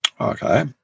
okay